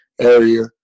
area